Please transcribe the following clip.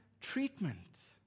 treatment